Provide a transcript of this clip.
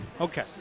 Okay